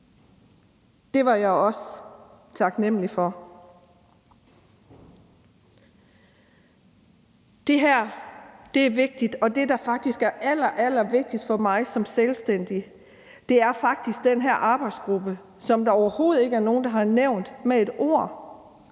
Det var jeg også taknemlig for. Det her er vigtigt, og det, der er allerallervigtigst for mig som selvstændig, er faktisk den her arbejdsgruppe, som der overhovedet ikke er nogen der har nævnt med et ord.